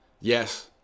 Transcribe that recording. yes